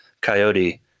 coyote